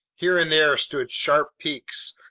here and there stood sharp peaks,